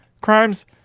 crimes